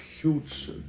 huge